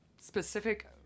specific